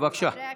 שנייה, שנייה.